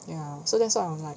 ya so then so I'm like